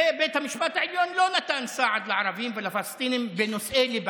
בית המשפט העליון לא נתן סעד לערבים ולפלסטינים בנושאי ליבה.